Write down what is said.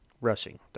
rushing